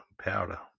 powder